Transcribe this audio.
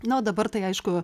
na o dabar tai aišku